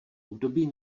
období